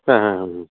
ಹಾಂ ಹಾಂ ಹ್ಞೂ ಹ್ಞೂ